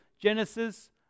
Genesis